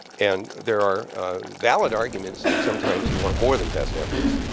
and there are valid arguments that sometimes you want more than best efforts.